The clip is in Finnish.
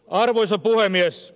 arvoisa puhemies